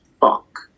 Fuck